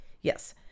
Yes